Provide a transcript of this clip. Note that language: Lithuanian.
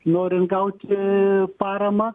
norint gauti paramą